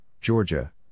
Georgia